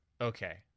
Okay